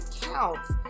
counts